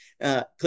Click